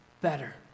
better